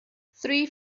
three